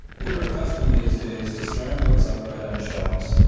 we are accustomed these days to storing books upright on shelves,